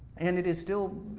and it is still,